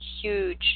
huge